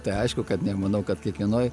tai aišku kad ne manau kad kiekvienoj